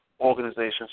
organizations